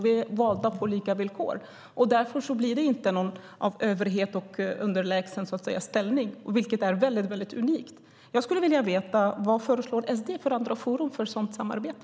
Vi är valda på lika villkor, och därför blir det inte något av överhet och underlägsen ställning, vilket är väldigt unikt. Jag skulle vilja veta vad Sverigedemokraterna föreslår för andra forum för ett sådant samarbete.